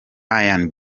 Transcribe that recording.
ian